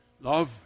Love